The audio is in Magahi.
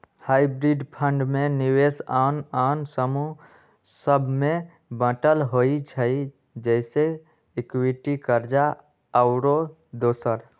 हाइब्रिड फंड में निवेश आन आन समूह सभ में बाटल होइ छइ जइसे इक्विटी, कर्जा आउरो दोसर